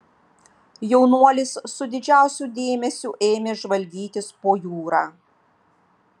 jaunuolis su didžiausiu dėmesiu ėmė žvalgytis po jūrą